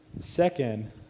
Second